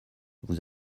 vous